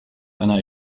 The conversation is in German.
einer